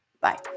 bye